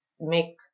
make